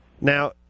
Now